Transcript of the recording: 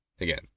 Again